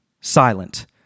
silent